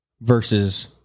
versus